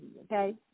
okay